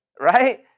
right